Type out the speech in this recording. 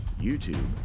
YouTube